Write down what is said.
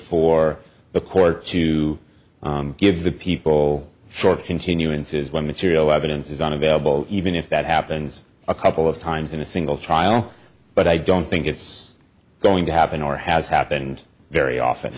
for the court to give the people short continuances when material evidence is unavailable even if that happens a couple of times in a single trial but i don't think it's going to happen or has happened very of